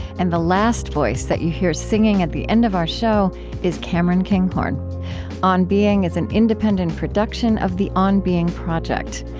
and the last voice that you hear singing at the end of our show is cameron kinghorn on being is an independent production of the on being project.